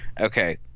Okay